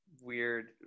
weird